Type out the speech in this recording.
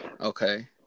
okay